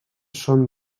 són